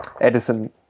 Edison